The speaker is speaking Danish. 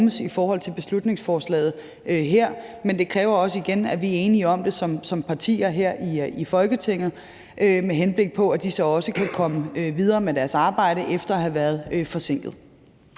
i forhold til beslutningsforslaget her. Men det kræver også igen, at vi er enige om det som partier her i Folketinget, med henblik på at de så også kan komme videre med deres arbejde efter at have været forsinket.